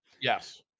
yes